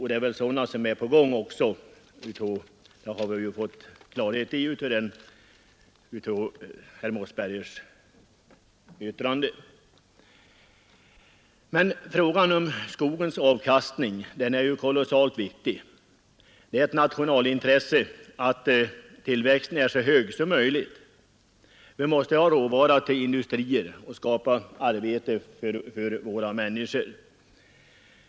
Att sådana åtgärder är på gång har vi fått klarhet i av herr Mossbergers yttrande. Men frågan om skogens avkastning är kolossalt viktig. Det är ett nationellt intresse att tillväxten är så hög som möjligt. Vi måste ha råvara för att sysselsätta industrierna och för att skapa arbete för människorna.